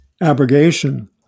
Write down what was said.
Abrogation